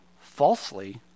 falsely